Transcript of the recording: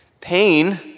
Pain